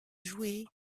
jouées